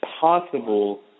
possible